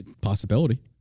Possibility